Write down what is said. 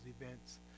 events